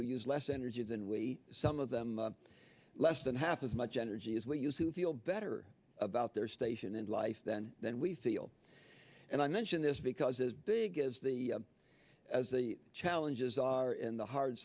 who use less energy some of them less than half as much energy is what used to feel better about their station in life than then we feel and i mention this because as big as the as the challenges are in the hard